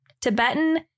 Tibetan